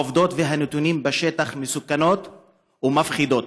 העובדות והנתונים בשטח מסוכנים ומפחידים.